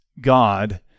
God